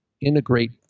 integrate